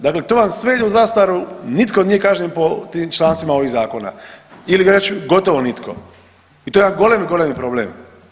Dakle, to vam sve ide u zastaru, nitko nije kažnjen po tim člancima ovih zakona ili … gotovo nitko i to je jedan golemi, golemi problem.